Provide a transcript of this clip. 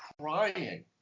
crying